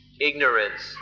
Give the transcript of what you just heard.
ignorance